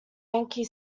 yankee